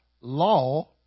law